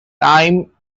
time